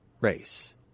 race